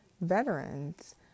veterans